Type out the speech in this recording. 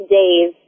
days